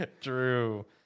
true